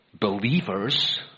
believers